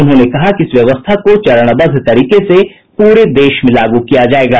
उन्होंने कहा कि इस व्यवस्था को चरणबद्व तरीके से पूरे देश में लागू किया जायेगा